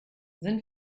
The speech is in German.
sind